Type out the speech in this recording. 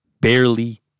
Barely